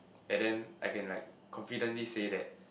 and then I can like confidently say that